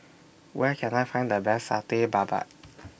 Where Can I Find The Best Satay Babat